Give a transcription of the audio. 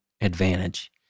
advantage